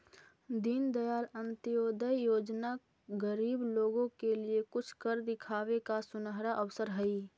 दीनदयाल अंत्योदय योजना गरीब लोगों के लिए कुछ कर दिखावे का सुनहरा अवसर हई